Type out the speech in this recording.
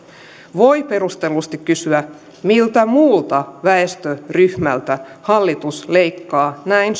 voi perustellusti kysyä miltä muulta väestöryhmältä hallitus leikkaa näin